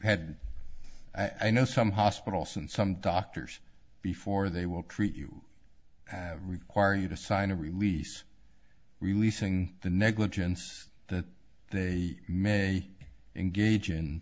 had i know some hospitals and some doctors before they will treat you require you to sign a release releasing the negligence that they may engage in